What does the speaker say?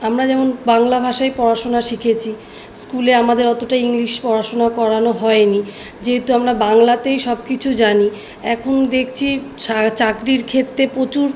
আমরা যেমন বাংলা ভাষায় পড়াশোনা শিখেছি স্কুলে আমাদের ওতটা ইংলিশ পড়াশোনা করানো হয় নি যেহেতু আমরা বাংলাতেই সব কিছু জানি এখন দেখছি ছা চাকরির ক্ষেত্রে প্রচুর